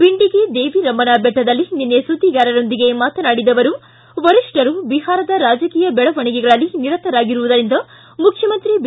ಬಂಡಿಗೆ ದೇವಿರಮ್ಮನ ಬೆಟ್ಟದಲ್ಲಿ ನಿನ್ನೆ ಸುದ್ವಿಗಾರರೊಂದಿಗೆ ಮಾತನಾಡಿದ ಅವರು ವರಿಷ್ಠರು ಬಿಹಾರದ ರಾಜಕೀಯ ಬೆಳವಣಿಗೆಗಳಲ್ಲಿ ನಿರತರಾಗಿರುವುದರಿಂದ ಮುಖ್ಯಮಂತ್ರಿ ಬಿ